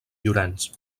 llorenç